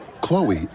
Chloe